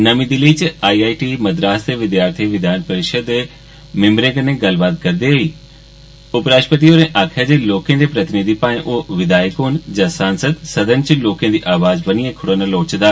नमीं दिल्ली च I I T Madras दे विद्यार्थी विधान परिशद दे मिम्बरें कन्ने गल्लबात दौरान उपराश्ट्रपति होरें आक्खेआ जे लोकें दे प्रतिनिधि भाए ओ विधायक होन या सांसद सदन च लोकें दी अवाज बनीए खडोना लोड़चदा